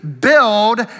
build